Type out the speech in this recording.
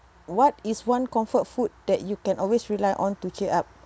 what is one comfort food that you can always rely on to cheer up